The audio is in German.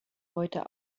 heute